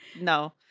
No